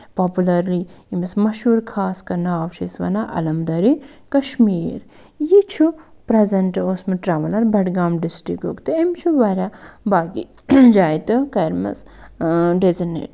popularly ییٚمِس مَشہوٗر خاص کانٛہہ ناو چھِ أسۍ وَنان علمدارِ کَشمیٖر یہِ چھُ پرٛٮ۪زینٛٹ اوسمُت ٹرٛٮ۪ولر بڈگام ڈِسٹرکُک تہٕ أمۍ چھُ واریاہ باقی جایہِ تہِ کَرِمَژٕ ڈٮ۪زِگنٮ۪ٹ